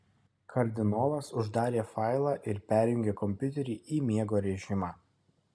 kardinolas uždarė failą ir perjungė kompiuterį į miego režimą